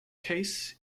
case